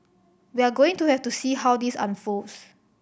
we're going to have to see how this unfolds